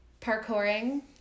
parkouring